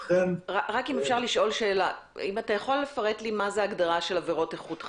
אתה יכול לפרט לי מה ההגדרה של עבירות איכות חיים?